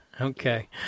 okay